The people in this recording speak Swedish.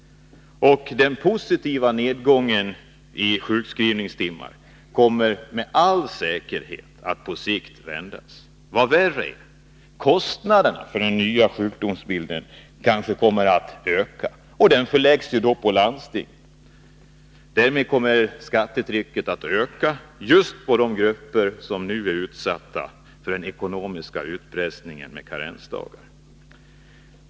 Nedgången i fråga om sjukskrivningstimmar kommer med all säkerhet att på sikt vändas. Vad värre är, kostnaderna för den nya sjukdomsbilden kanske kommer att öka och läggs då på landstingen. Därmed ökar skattetrycket just på de grupper som nu är utsatta för den ekonomiska utpressningen med karensdagar.